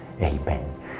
Amen